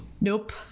nope